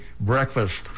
Breakfast